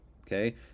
okay